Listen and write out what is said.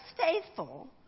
faithful